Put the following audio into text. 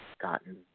gotten